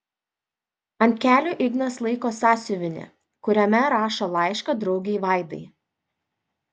ant kelių ignas laiko sąsiuvinį kuriame rašo laišką draugei vaidai